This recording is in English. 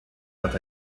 but